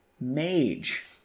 mage